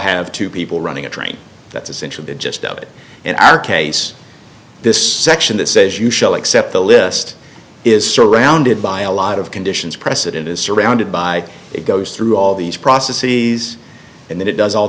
have two people running a train that's essentially the gist of it in our case this section that says you shall except the list is surrounded by a lot of conditions precedent is surrounded by it goes through all these processes and then it does all